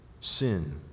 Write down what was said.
sin